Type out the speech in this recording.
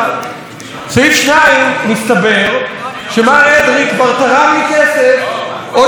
מסתבר שמר אדרי כבר תרם לי כסף עוד לפני שנכנסתי לתפקידי,